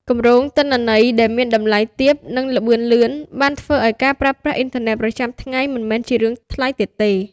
គម្រោងទិន្នន័យដែលមានតម្លៃទាប និងល្បឿនលឿន បានធ្វើឲ្យការប្រើប្រាស់អ៊ីនធឺណិតប្រចាំថ្ងៃមិនមែនជារឿងថ្លៃទៀតទេ។